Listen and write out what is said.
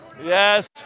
Yes